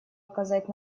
оказать